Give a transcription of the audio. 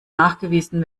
nachgewiesen